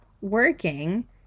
working